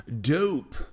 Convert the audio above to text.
Dope